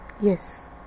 Yes